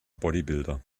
bodybuilder